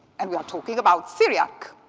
and we are talking about syriac.